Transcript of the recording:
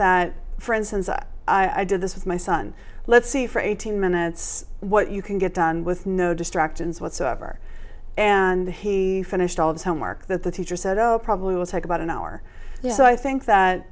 that for instance i did this with my son let's see for eighteen minutes what you can get done with no distractions whatsoever and he finished all of his homework that the teacher said oh probably will take about an hour so i think that